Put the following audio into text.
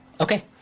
Okay